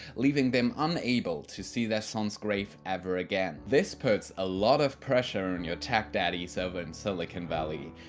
leaving them unable to see their sons grave ever again. this puts a lot of pressure on your tech daddys over in silicon valley.